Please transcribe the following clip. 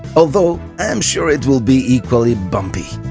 although i'm sure it will be equally bumpy.